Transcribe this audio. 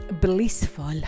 blissful